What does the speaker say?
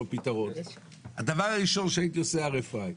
פתרון הדבר הראשון שהייתי עושה זה RFI,